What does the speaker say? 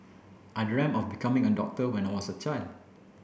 I dreamt of becoming a doctor when I was a child